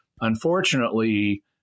Unfortunately